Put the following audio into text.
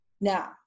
Now